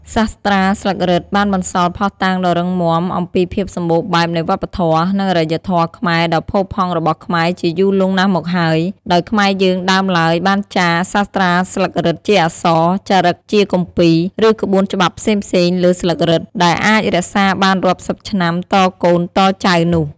សាស្ត្រាស្លឹករឹត បានបន្សល់ភស្តុតាងដ៏រឹងមាំអំពីភាពសម្បូរបែបនៃវប្បធម៌ និងអរិយធម៌ខ្មែរដ៏់ផូរផង់របស់ខ្មែរជាយូរលង់ណាស់មកហើយ ដោយខ្មែរយើងដើមឡើយបានចារសាស្ត្រាស្លឹករឹតជាអក្សរ ចារឹកជាគម្ពីរ ឬក្បួនច្បាប់ផ្សេងៗលើស្លឹករឹត ដែលអាចរក្សាបានរាប់សិបឆ្នាំតកូនតចៅនោះ ។